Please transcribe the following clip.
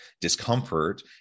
discomfort